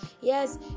yes